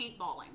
paintballing